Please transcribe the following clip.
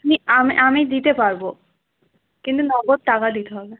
তুমি আমি আমি দিতে পারবো কিন্তু নগদ টাকা দিতে হবে